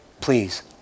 please